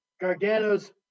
Gargano's